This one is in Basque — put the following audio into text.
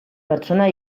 pertsona